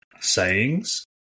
sayings